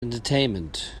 entertainment